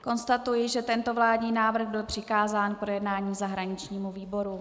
Konstatují, že tento vládní návrh byl přikázán k projednání zahraničnímu výboru.